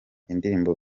indirimbo